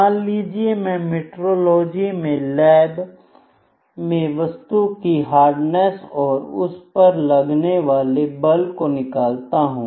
मान लीजिए मैं मीटरोलॉजी लैब में वस्तु की हार्डनेस और उस पर लगने वाले बल को निकालता हूं